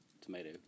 tomato